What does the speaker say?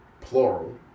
plural